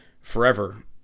forever